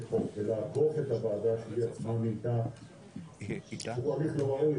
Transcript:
חוק ולעקוף את הוועדה הוא הליך לא ראוי.